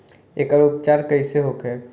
एकर उपचार कईसे होखे?